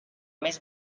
més